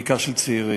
בעיקר של צעירים,